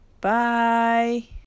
Bye